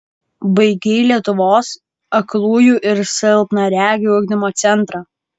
baigei lietuvos aklųjų ir silpnaregių ugdymo centrą